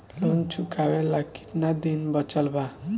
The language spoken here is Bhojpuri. लोन चुकावे ला कितना दिन बचल बा?